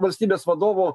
valstybės vadovo